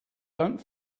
don‘t